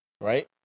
right